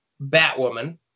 Batwoman